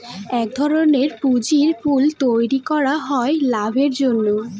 এক ধরনের পুঁজির পুল তৈরী করা হয় লাভের জন্য